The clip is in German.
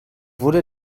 wurde